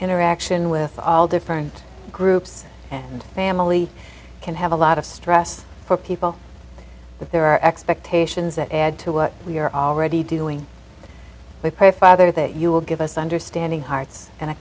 interaction with all different groups and family can have a lot of stress for people but there are expectations that add to what we are already doing with her father that you will give us understanding hearts and